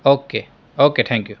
okay okay thank you